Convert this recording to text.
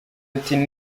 ati